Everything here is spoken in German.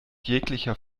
jeglicher